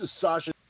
Sasha